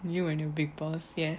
you and your big boss yes